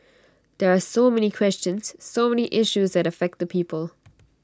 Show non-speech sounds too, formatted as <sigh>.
there are so many questions so many issues that affect the people <noise>